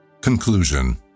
Conclusion